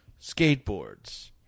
skateboards